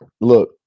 look